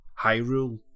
Hyrule